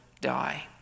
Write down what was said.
die